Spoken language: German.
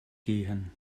gehen